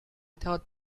thought